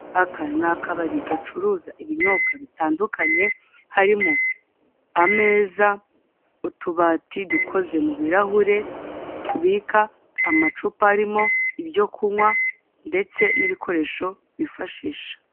Aka ni akabari gacuruza ibinyobwa bitandukanye harimo ameza utubati dukoze mu birahure tubika amacupa arimo ibyo kunywa ndetse n'ibikoresho bifashisha.